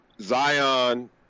Zion